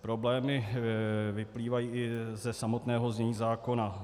Problémy vyplývají i ze samotného znění zákona.